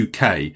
UK